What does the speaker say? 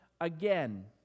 again